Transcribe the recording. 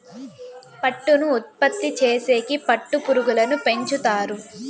పట్టును ఉత్పత్తి చేసేకి పట్టు పురుగులను పెంచుతారు